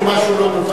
יש פה משהו לא מובן.